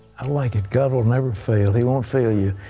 i like it. god will never fail. he won't fail you.